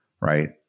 right